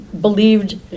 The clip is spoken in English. believed